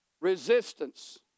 Resistance